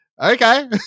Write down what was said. okay